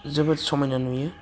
जोबोद समायना नुयो